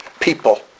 people